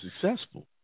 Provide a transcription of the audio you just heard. successful